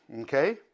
Okay